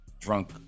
drunk